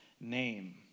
name